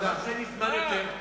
חבל שאין לי יותר זמן,